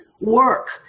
work